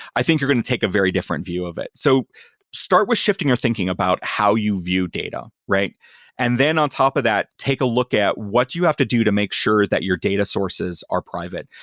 i think you're going to take a very different view of it. so start with shifting your thinking about how you view data. and then on top of that, take a look at what you have to do to make sure that your data sources are private.